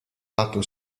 lato